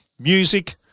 music